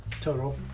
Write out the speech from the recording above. total